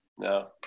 No